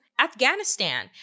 Afghanistan